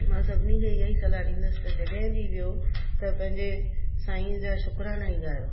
मां सभिनी खे इहा ई सलाह ॾींदुसि त जॾहिं बि वियो त पंहिंजे साईंअ जा शुक्राना ई ॻायो